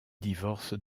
divorce